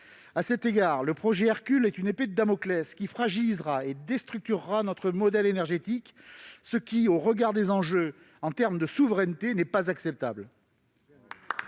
À cet égard, le projet Hercule est une épée de Damoclès qui fragilisera et déstructurera notre modèle énergétique, ce qui, au regard des enjeux en termes de souveraineté, n'est pas acceptable.